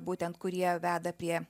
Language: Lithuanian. būtent kurie veda prie